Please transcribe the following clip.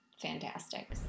fantastic